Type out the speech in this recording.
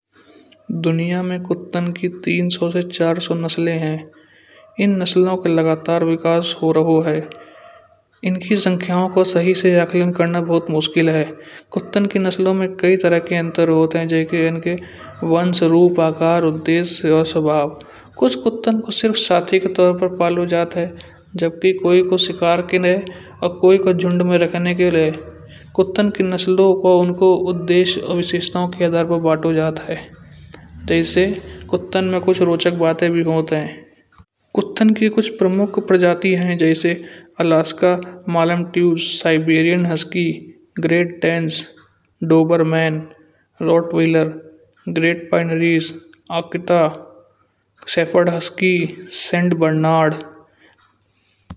दुनिया में कुत्तन की तीन सौ से चार सौ नस्ले हां। इन नस्लों के लगातार लगातार विकास हो रहो है। इनकी संख्याओं को सही से अंकलन करना बहुत मुश्किल है। कुत्तन के नस्लों में कई तरह के अंतर होत हैं। जै के इनके वंश, रूप, आकार, उद्देश्य और स्वभाव। कुछ कुत्तन को सिर्फ साथी के तौर पर पाल जत ह। जब कि कोई को शिकार के लाये और कोई कोई झुंड में रखने के लिए। कुत्तन की नस्लों को उनको उद्देश्य और विशेषताओं के आधार पर बांटा जाता ह जैसे कुत्तन में कुछ रोचक बातें भी होत ह। कुत्तन की कुछ प्रमुख प्रजातिया है। जैसे अलास्का, मालंतुसे, Siberian husky, Great Danes, Doberman, rottweiler, Great Pyrenees, Akita, shepherd husky, Saint Bernard.